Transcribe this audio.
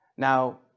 Now